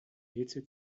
hitze